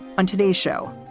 on today's show,